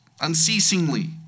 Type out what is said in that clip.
unceasingly